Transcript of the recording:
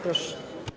Proszę.